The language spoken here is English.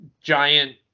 giant